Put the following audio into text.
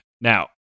Now